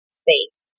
space